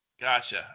Gotcha